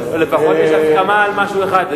לפחות יש הסכמה על משהו אחד.